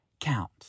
count